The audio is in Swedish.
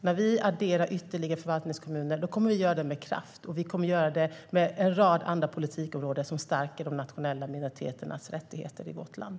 När vi adderar ytterligare förvaltningskommuner kommer vi att göra det med kraft. Vi kommer att göra det på en rad politikområden som stärker de nationella minoriteternas rättigheter i vårt land.